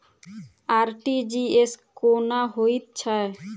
RTGS कोना होइत छै?